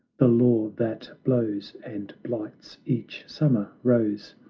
the law that blows and blights each summer rose,